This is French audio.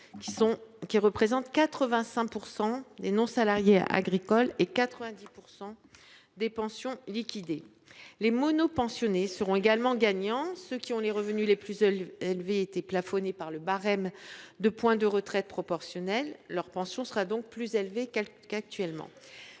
qui représentent 85 % des non salariés agricoles, et 90 % des pensions liquidées. Les monopensionnés seront également gagnants. La pension de ceux qui ont les revenus les plus élevés était plafonnée par le barème de points de retraite proportionnel ; elle sera donc plus élevée qu’actuellement.